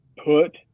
Put